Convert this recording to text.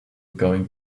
going